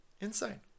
Insane